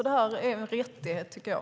Det här är en rättighet, tycker jag.